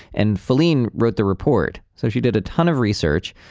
and faline wrote the report. so she did a ton of research,